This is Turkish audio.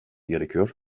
gerekiyor